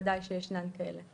בוודאי שיש כאלה.